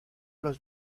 los